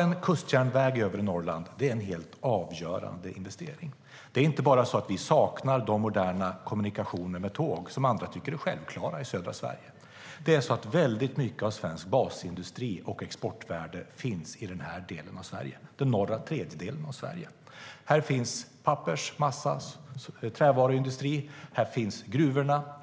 En kustjärnväg i övre Norrland är en helt avgörande investering. Det är inte bara för att vi saknar de moderna kommunikationer med tåg som är självklara i södra Sverige. Väldigt mycket av svensk basindustri och svenskt exportvärde finns i den här delen av Sverige, den norra tredjedelen av landet. Här finns pappers, massa och trävaruindustri. Här finns gruvorna.